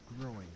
growing